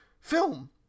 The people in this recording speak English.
film